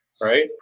right